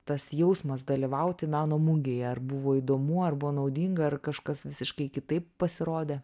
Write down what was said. tas jausmas dalyvauti meno mugėje ar buvo įdomu ar buvo naudinga ar kažkas visiškai kitaip pasirodė